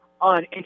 On